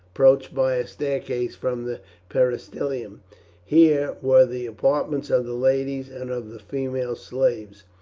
approached by a staircase from the peristylium here were the apartments of the ladies and of the female slaves.